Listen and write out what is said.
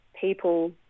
people